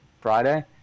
Friday